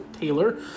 taylor